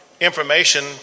information